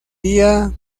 día